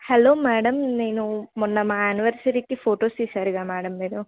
hello madam నేను మొన్న మా యానివర్సరీకి ఫొటోస్ తీశారు కదా మేడమ్ మీరు